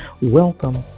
Welcome